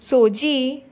सोजी